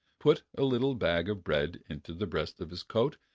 put a little bag of bread into the breast of his coat,